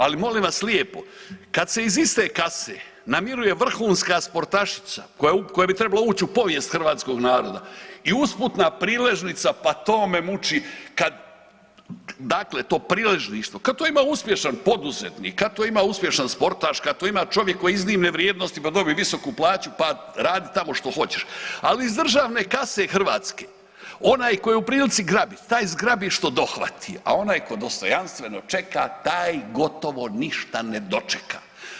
Ali molim vas lijepo, kad se iz iste kase namiruje vrhunska sportašica koja bi trebala uć u povijest hrvatskog naroda i usputna priležnica, pa to me muči, kad, dakle to priležništvo, kad to ima uspješan poduzetnik, kad to ima uspješan sportaš, kad to ima čovjek koji je iznimne vrijednosti pa dobije visoku plaću pa radi tamo što hoćeš, ali iz državne kase Hrvatske onaj koji je u prilici grabit taj zgrabi što dohvati, a onaj ko dostojanstveno čeka taj gotovo ništa ne dočeka.